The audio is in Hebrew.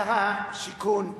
שר השיכון,